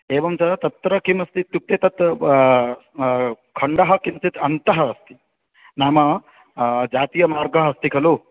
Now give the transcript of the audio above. एवं च तत्र किमस्ति इत्युक्ते तत् खण्डः किञ्चित् अन्तः अस्ति नाम जातीयमार्गाः अस्ति खलु